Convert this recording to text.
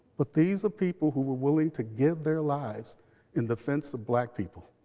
but these are people who were willing to give their lives in defense of black people,